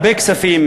הרבה כספים,